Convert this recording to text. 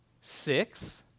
Six